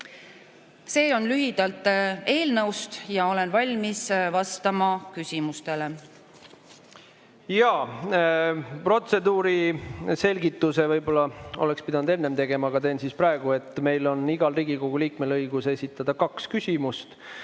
See on lühidalt eelnõust. Olen valmis vastama küsimustele. Jaa. Protseduuri selgituse võib-olla oleksin pidanud enne tegema, aga teen praegu. Meil on igal Riigikogu liikmel õigus esitada kaks küsimust